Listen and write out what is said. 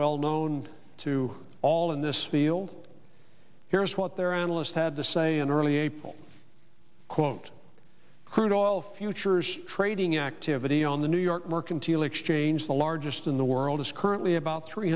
well known to all in this field here's what their analyst had to say in early april quote crude oil futures trading activity on the new york mercantile exchange the largest in the world is currently about three